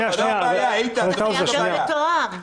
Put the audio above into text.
חייב להיות מתואם.